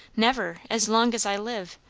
never, as long as i live.